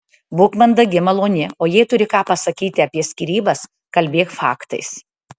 būk mandagi maloni o jei turi ką pasakyti apie skyrybas kalbėk faktais